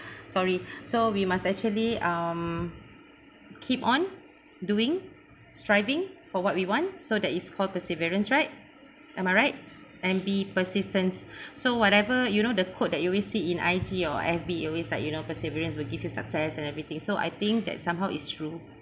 sorry so we must actually um keep on doing striving for what we want so that is called perseverance right am I right and be persistence so whatever you know the quote that you always see in I_G or F_B you always like you know perseverance will give you success and everything so I think that somehow it's true